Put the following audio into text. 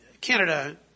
Canada